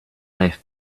left